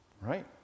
right